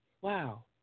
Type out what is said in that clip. wow